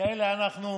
כאלה אנחנו,